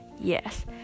Yes